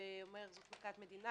ואומר: זו מכת מדינה,